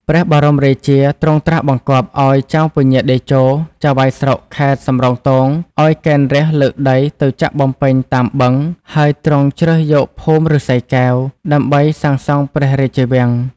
ព្រះបរមរាជា ទ្រង់ត្រាស់បង្គាប់ ឱ្យចៅពញាតេជោ ចៅហ្វាយស្រុកខេត្តសំរោងទង ឱ្យកេណ្ឌរាស្ត្រលើកដី ទៅចាក់បំពេញតាមបឹង ហើយទ្រង់ជ្រើសយកភូមិឬស្សីកែវ ដើម្បីសាងសង់ព្រះរាជវាំង ។